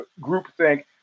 GroupThink